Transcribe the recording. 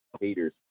Haters